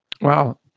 Wow